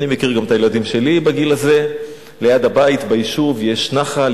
אני מכיר את הילדים שלי בגיל הזה: ליד הבית ביישוב יש נחל,